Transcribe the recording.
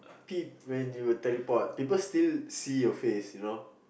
peep when you teleport people still see your face you know